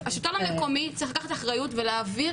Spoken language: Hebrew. השלטון המקומי צריך לקחת אחריות ולהעביר